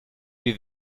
wie